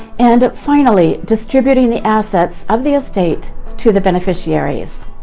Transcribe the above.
and finally, distributing the assets of the estate to the beneficiaries.